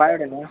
പായോഡ് തന്നെയാ